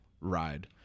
ride